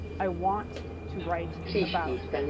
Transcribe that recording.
i want to write about.